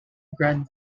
grand